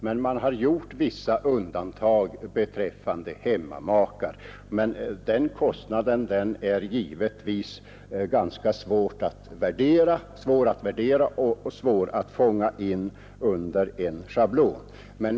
Det har gjorts vissa undantag för hemmamakar, men den kostnaden är naturligtvis ganska svårvärderad och besvärlig att fånga in under en schablon.